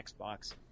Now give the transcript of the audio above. Xbox